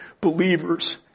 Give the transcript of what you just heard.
believers